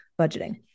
budgeting